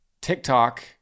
TikTok